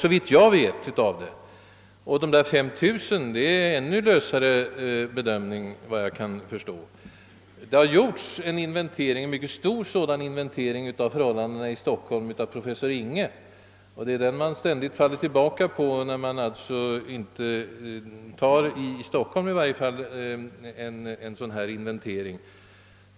Siffran 5 000 torde vara resultatet av en mycket lös uppskattning, efter vad jag kan förstå. En mycket stor inventering av förhållandena bland de hemlösa har gjorts av professor Inghe, och det är denna inventering man brukar falla tillbaka på när man talar om Stockholm i detta sammanhang.